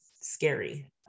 scary